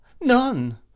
none